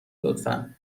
لطفا